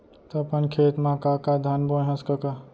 त अपन खेत म का का धान बोंए हस कका?